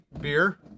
beer